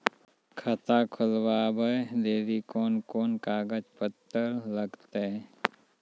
खाता खोलबाबय लेली कोंन कोंन कागज पत्तर लगतै?